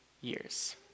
years